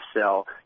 sell